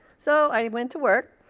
so i went to work,